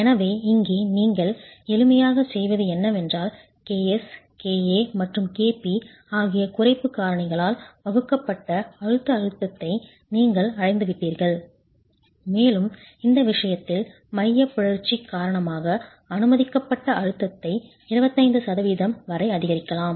எனவே இங்கே நீங்கள் எளிமையாகச் செய்வது என்னவென்றால் ks ka மற்றும் kp ஆகிய குறைப்பு காரணிகளால் வகுக்கப்பட்ட அழுத்த அழுத்தத்தை நீங்கள் அடைந்துவிட்டீர்கள் மேலும் இந்த விஷயத்தில் மையப் பிறழ்ச்சி காரணமாக அனுமதிக்கப்பட்ட அழுத்தத்தை 25 சதவிகிதம் வரை அதிகரிக்கலாம்